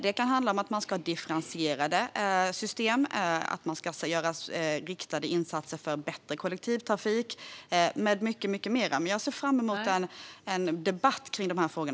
Det kan handla om differentierade system, riktade insatser för bättre kollektivtrafik med mycket mera. Jag ser fram emot en debatt om dessa frågor.